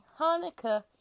Hanukkah